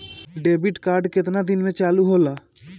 Debit card केतना दिन में चालु होला?